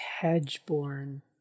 Hedge-born